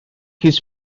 his